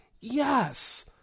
yes